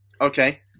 Okay